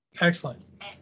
excellent